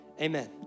amen